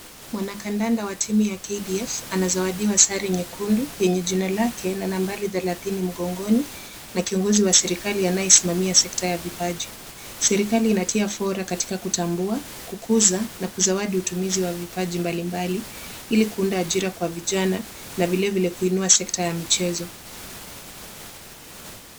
Mwanakandanda wa timu ya KDF anazawadiwa sare nyekundu yenye jina lake na nambari thelathini mgongoni, na kiongozi wa serikali anayesimamia sekta ya vipaji. Serikali inatia fora katika kutambua, kukuza, na kuzawadi utumizi wa vipaji mbalimbali, ili kuunda ajira kwa vijana, na vilevile kuinua sekta ya michezo.